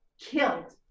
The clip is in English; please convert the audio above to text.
killed